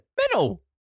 Middle